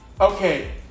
Okay